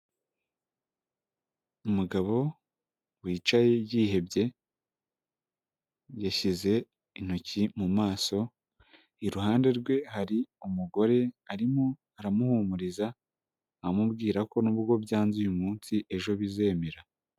Umugabo wicaye yihebye yashyize intoki mu maso iruhande rwe hari umugore arimo aramuhumuriza amubwira ko nubwo byanze uyu munsi ejo bizemera.